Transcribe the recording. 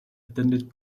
attended